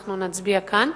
כשאנחנו נצביע כאן,